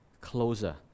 closer